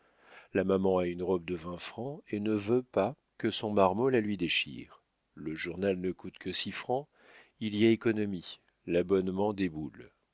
la maman a une robe de vingt francs et ne veut pas que son marmot la lui déchire le journal ne coûte que six francs il y a économie l'abonnement déboule